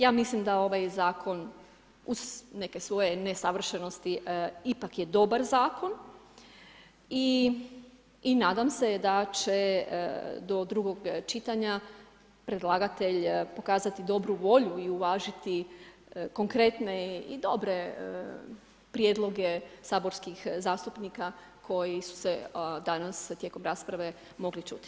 Ja mislim da ovaj zakon uz neke svoje nesavršenosti ipak je dobar zakon i nadam se da će do drugog čitanja predlagatelj pokazati dobru volju i uvažiti konkretne i dobre prijedloge saborskih zastupnika koji su se danas tijekom rasprave mogli čuti.